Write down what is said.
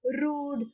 rude